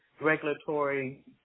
regulatory